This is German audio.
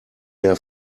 mehr